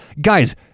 Guys